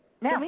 Now